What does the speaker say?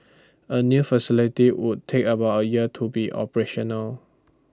A new facility would take about A year to be operational